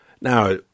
Now